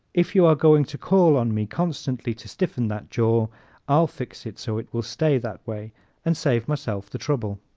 if you are going to call on me constantly to stiffen that jaw i'll fix it so it will stay that way and save myself the trouble.